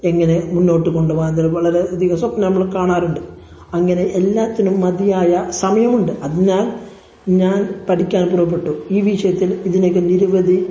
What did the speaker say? എങ്ങനെ മുന്നോട്ട് കൊണ്ട് പോവാന്നെലും വളരെ അധികം സ്വപ്നങ്ങൾ കാണാറുണ്ട് അങ്ങനെ എല്ലാത്തിനും മതിയായ സമയമുണ്ട് അതിനാൽ ഞാൻ പഠിക്കാൻ പുറപ്പെട്ടു ഈ വിഷയത്തിൽ ഇതിനകം നിരവധി